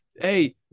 hey